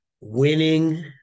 winning